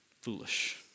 foolish